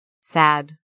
sad